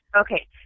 Okay